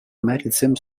maritimes